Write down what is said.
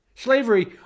Slavery